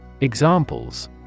Examples